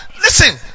listen